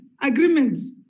agreements